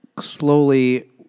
slowly